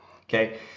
Okay